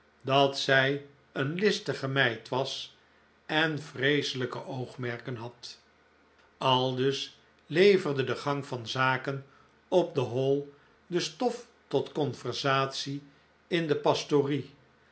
dat zij een listige meid was en vreeselijke oogmerken had aldus leverde de gang van zaken op de hall de stof tot conversatie in de pastorie